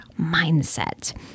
mindset